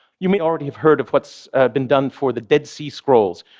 you may already have heard of what's been done for the dead sea scrolls,